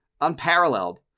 unparalleled